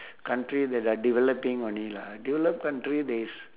country that are developing only lah develop country they s~